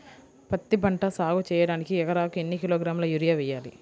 పత్తిపంట సాగు చేయడానికి ఎకరాలకు ఎన్ని కిలోగ్రాముల యూరియా వేయాలి?